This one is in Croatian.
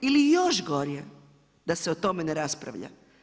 Ili još gore, da se o tome ne raspravlja.